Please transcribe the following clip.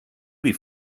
die